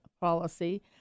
policy